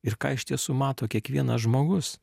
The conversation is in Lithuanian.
ir ką iš tiesų mato kiekvienas žmogus